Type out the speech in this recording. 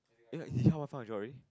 eh no he help her found a job already